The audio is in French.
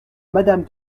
madame